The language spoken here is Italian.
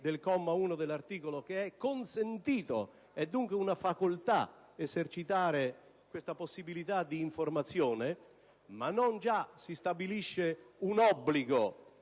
del comma 1 dell'articolo, che «È consentito» - è dunque una facoltà - esercitare questa possibilità di informazione, ma non già si stabilisce un obbligo